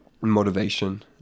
motivation